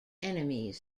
enemies